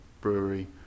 brewery